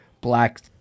black